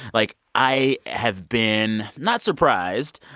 like, i have been not surprised,